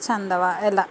ಛಂದವ ಎಲ್ಲ